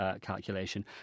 calculation